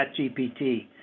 ChatGPT